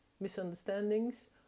misunderstandings